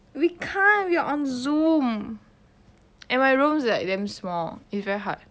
we can't we are on zoom and my room's like damn small is very hard